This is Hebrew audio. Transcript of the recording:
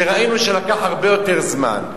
שראינו שלקח הרבה יותר זמן.